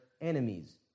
enemies